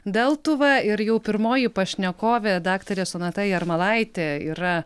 deltuva ir jau pirmoji pašnekovė daktarė sonata jarmalaitė yra